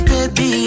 Baby